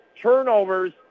turnovers